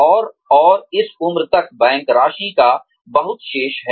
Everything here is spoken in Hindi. और और इस उम्र तक बैंक राशि का बहुत शेष है